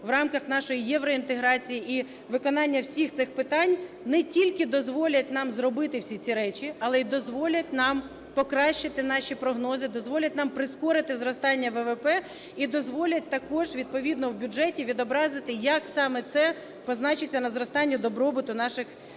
в рамках нашої євроінтеграції і виконання всіх цих питань не тільки дозволять нам зробити всі ці речі, але і дозволять нам покращити наші прогнози, дозволять нам прискорити зростання ВВП і дозволять також відповідно в бюджеті відобразити, як саме це позначиться на зростанні добробуту наших громадян.